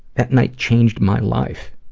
that night changed my life.